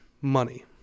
money